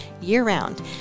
year-round